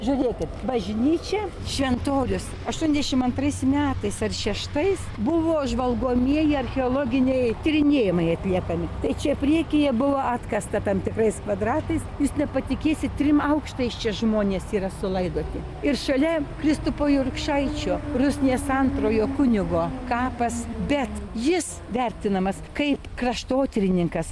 žiūrėkit bažnyčia šventorius aštuoniasdešim antrais metais ar šeštais buvo žvalgomieji archeologiniai tyrinėjimai atliekami tai čia priekyje buvo atkasta tam tikrais kvadratais jūs nepatikėsit trim aukštais čia žmonės yra sulaidoti ir šalia kristupo jurkšaičio rusnės antrojo kunigo kapas bet jis vertinamas kaip kraštotyrininkas